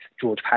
George